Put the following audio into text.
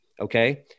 okay